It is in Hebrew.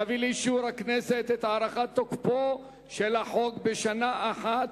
להביא לאישור הכנסת את הארכת תוקפו של החוק בשנה אחת,